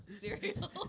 cereal